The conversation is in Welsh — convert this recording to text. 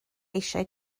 eisiau